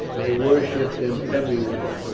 they worshipped him everywhere,